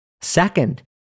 Second